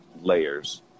layers